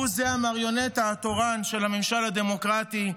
הוא המריונטה התורן של הממשל הדמוקרטי,